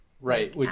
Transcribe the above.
Right